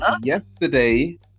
yesterday